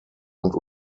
und